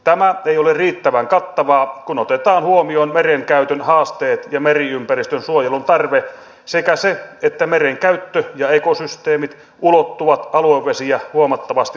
tämä ei ole riittävän kattavaa kun otetaan huomioon meren käytön haasteet ja meriympäristön suojelun tarve sekä se että meren käyttö ja ekosysteemit ulottuvat aluevesiä huomattavasti laajemmille alueille